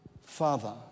Father